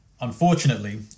unfortunately